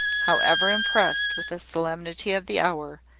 however impressed with the solemnity of the hour,